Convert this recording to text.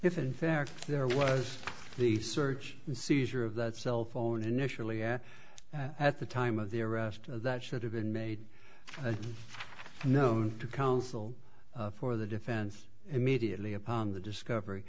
if in fact there was the search and seizure of that cell phone initially at the time of the arrest that should have been made known to counsel for the defense immediately upon the discovery